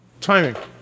Timing